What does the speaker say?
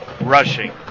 rushing